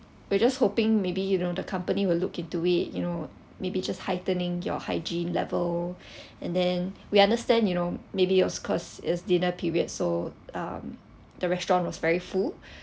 we're just hoping maybe you know the company will look into it you know maybe just heightening your hygiene level and then we understand you know maybe of course it's dinner period so um the restaurant was very full